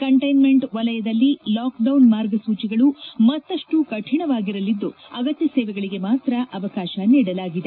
containment ವಲಯದಲ್ಲಿ lockdown ಮಾರ್ಗಸೂಚಿಗಳು ಮತ್ತಷ್ಟು ಕಠಿಣವಾಗಿರಲಿದ್ದು ಅಗತ್ಯ ಸೇವೆಗಳಿಗೆ ಮಾತ್ರ ಅವಕಾಶ ನೀಡಲಾಗಿದೆ